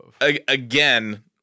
Again